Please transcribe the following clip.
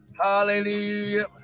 Hallelujah